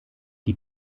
die